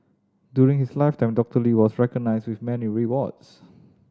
during his lifetime Doctor Lee was recognised with many awards